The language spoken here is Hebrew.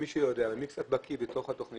מי שיודע ומי שקצת בקיא בתכנית,